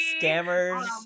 scammers